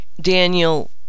Daniel